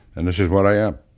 and this is what i am.